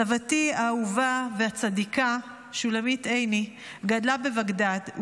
סבתי האהובה והצדיקה שולמית עיני גדלה בבגדאד,